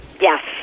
Yes